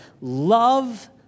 Love